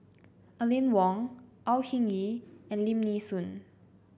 Aline Wong Au Hing Yee and Lim Nee Soon